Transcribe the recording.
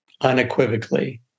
unequivocally